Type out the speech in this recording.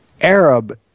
Arab